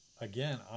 again